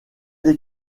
des